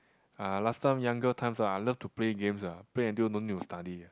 uh last time younger times I love to play games ah play until don't need to study eh